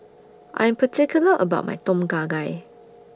I'm particular about My Tom Kha Gai